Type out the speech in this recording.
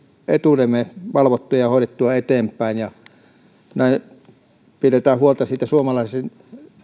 etumme valvottua ja hoidettua eteenpäin ja näin pidetään huolta siitä suomalaisen